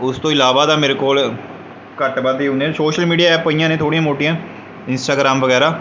ਉਸ ਤੋਂ ਇਲਾਵਾ ਤਾਂ ਮੇਰੇ ਕੋਲ ਘੱਟ ਵੱਧ ਹੀ ਹੁੰਦੀਆਂ ਨੇ ਸ਼ੋਸ਼ਲ ਮੀਡੀਆ ਐਪ ਪਈਆਂ ਨੇ ਥੋੜ੍ਹੀਆਂ ਮੋਟੀਆਂ ਇੰਸਟਾਗ੍ਰਾਮ ਵਗੈਰਾ